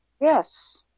Yes